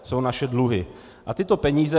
Jsou to naše dluhy a tyto peníze.